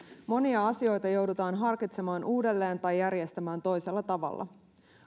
monia asioita joudutaan harkitsemaan uudelleen tai järjestämään toisella tavalla